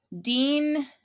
dean